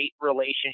relationship